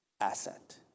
asset